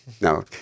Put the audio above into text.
No